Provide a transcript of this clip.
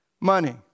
money